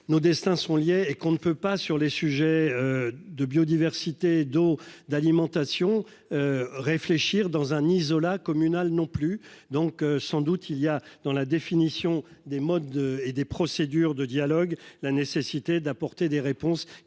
Nos destins sont liés et qu'on ne peut pas sur les sujets. De biodiversité eau d'alimentation. Réfléchir dans un Isola communal non plus donc sans doute il y a dans la définition des modes et des procédures de dialogue la nécessité d'apporter des réponses